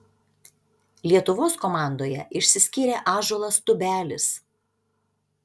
lietuvos komandoje išsiskyrė ąžuolas tubelis